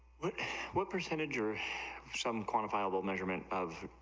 what what percentage are some quantifiable measurement of